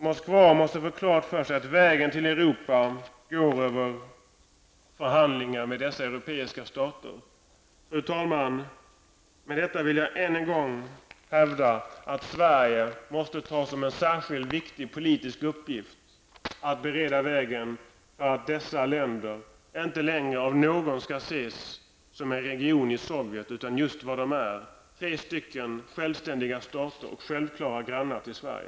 Moskva måste få klart för sig att vägen till Europa går över förhandlingar med dessa europeiska stater. Fru talman! Med detta vill jag än en gång hävda att Sverige måste ha som en viktig politisk uppgift att bereda vägen för att dessa länder inte längre av någon skall ses som en region i Sovjet, utan för just vad de är: Tre självständiga stater och självklara grannar till Sverige.